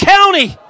County